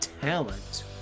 talent